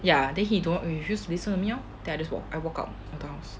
ya then he don't refuse listen to me loh I just walk walk out the house